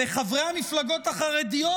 וחברי המפלגות החרדיות,